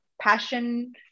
passion